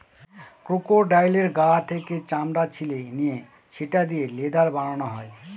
ক্রোকোডাইলের গা থেকে চামড়া ছিলে নিয়ে সেটা দিয়ে লেদার বানানো হয়